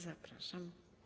Zapraszam.